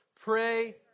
Pray